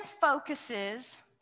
focuses